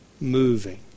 moving